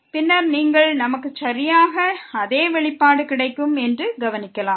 பின்னர் நமக்கு சரியாக அதே வெளிப்பாடு கிடைக்கும் என்று கவனிக்கலாம்